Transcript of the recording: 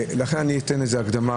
לכן אני אתן הקדמה,